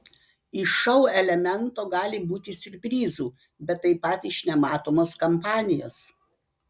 iš šou elemento gali būti siurprizų bet taip pat iš nematomos kampanijos